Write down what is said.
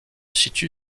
situe